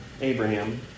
Abraham